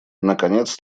наконец